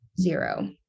Zero